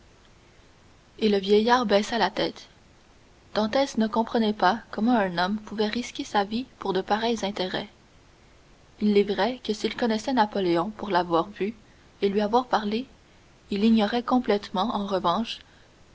et le vieillard baissa la tête dantès ne comprenait pas comment un homme pouvait risquer sa vie pour de pareils intérêts il est vrai que s'il connaissait napoléon pour l'avoir vu et lui avoir parlé il ignorait complètement en revanche